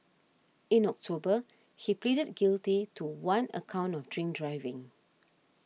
in October he pleaded guilty to one account of drink driving